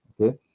Okay